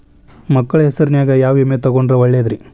ಮಕ್ಕಳ ಹೆಸರಿನ್ಯಾಗ ಯಾವ ವಿಮೆ ತೊಗೊಂಡ್ರ ಒಳ್ಳೆದ್ರಿ?